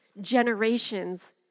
generations